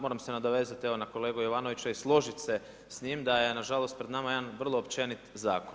Moram se nadovezati evo na kolegu Jovanovića i složiti se sa njim da je nažalost pred nama jedan vrlo općenit zakon.